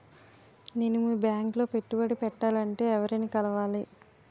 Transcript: నేను మీ బ్యాంక్ లో పెట్టుబడి పెట్టాలంటే ఎవరిని కలవాలి?